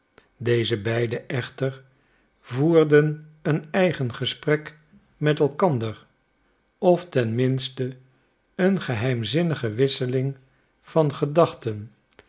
deze beiden echter voerden een eigen gesprek met elkander of ten minste een geheimzinnige wisseling van gedachten